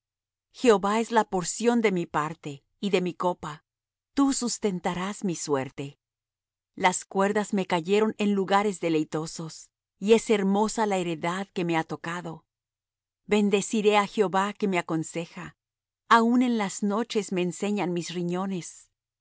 jehová es la porción de mi parte y de mi copa tú sustentarás mi suerte las cuerdas me cayeron en lugares deleitosos y es hermosa la heredad que me ha tocado bendeciré á jehová que me aconseja aun en las noches me enseñan mis riñones